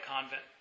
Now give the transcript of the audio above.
Convent